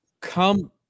come